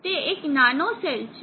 તે એક નાનો સેલ હશે